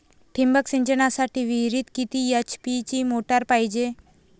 ठिबक सिंचनासाठी विहिरीत किती एच.पी ची मोटार पायजे?